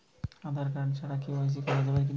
Aadhaar card ছাড়া KYC করা যাবে কি না?